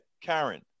Karen